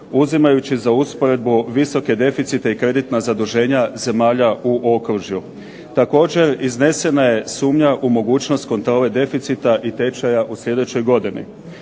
uzimajući za usporedbu visoke deficite i kreditna zaduženja zemalja u okružju. Također iznesena je sumnja u mogućnost kontrole deficita i tečaja u sljedećoj godini.